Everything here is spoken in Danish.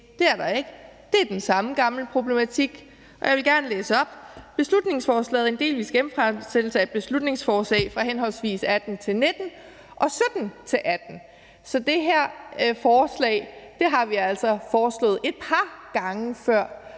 det er der ikke; det er den samme gamle problematik, og jeg vil gerne læse op: Beslutningsforslaget er en delvis genfremsættelse af et beslutningsforslag fra hhv. 2018-2019 og 2017-2018. Så det her forslag har vi altså fremsat et par gange før